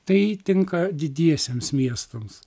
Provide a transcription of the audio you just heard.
tai tinka didiesiems miestams